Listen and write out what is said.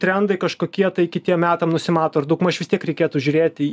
trendai kažkokie tai kitiem metam nusimato ar daugmaž vis tiek reikėtų žiūrėti į